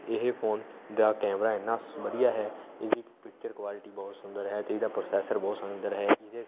ਇਹ ਫੋਨ ਦਾ ਕੈਮਰਾ ਇੰਨਾ ਸ ਵਧੀਆ ਹੈ ਇਹਦੀ ਪਿਕਚਰ ਕੁਆਲਿਟੀ ਬਹੁਤ ਸੁੰਦਰ ਹੈ ਅਤੇ ਇਹਦਾ ਪ੍ਰੋਸੈਸਰ ਬਹੁਤ ਸੁੰਦਰ ਹੈ ਇਹਦੇ